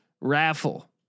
raffle